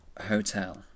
Hotel